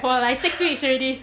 for like six weeks ready